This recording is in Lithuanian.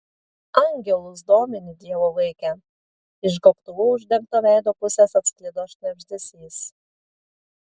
angelus domini dievo vaike iš gobtuvu uždengto veido pusės atsklido šnabždesys